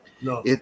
No